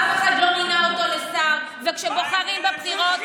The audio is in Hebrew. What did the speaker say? אף אחד לא מינה אותו לשר, וכשבוחרים בבחירות,